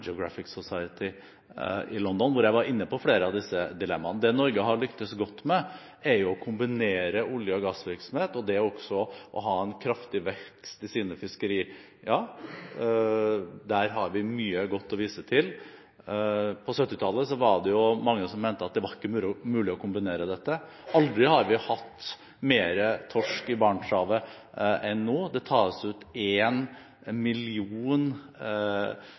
Society i London hvor jeg var inne på flere av disse dilemmaene. Det Norge har lyktes godt med, er å kombinere olje- og gassvirksomhet, og også å ha en kraftig vekst i sine fiskerier. Der har vi mye godt å vise til. På 1970-tallet var det mange som mente at det ikke var mulig å kombinere dette. Aldri har vi hatt mer torsk i Barentshavet enn nå. Det tas i år ut én million